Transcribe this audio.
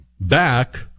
back